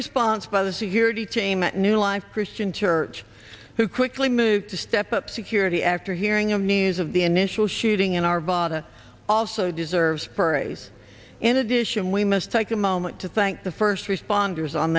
response by the security team at new life christian church who quickly moved to step up security after hearing of news of the initial shooting in arvada also deserves praise in addition we must take a moment to thank the first responders on